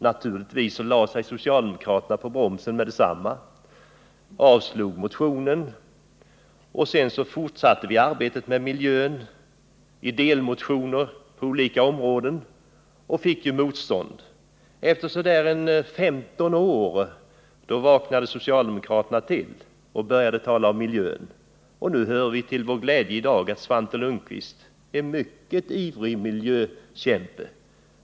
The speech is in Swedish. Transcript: Naturligtvis lade sig socialdemokraterna omedelbart på bromsen och avslog motionen. Vi fortsatte vårt miljöarbete, lade fram delmotioner på olika områden men mötte motstånd. Efter ca 15 år vaknade socialdemokraterna till och började också de tala om miljön. Till vår glädje har vi i dag fått höra att Svante Lundkvist är en mycket ivrig miljökämpe.